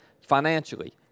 Financially